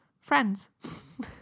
friends